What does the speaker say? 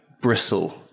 bristle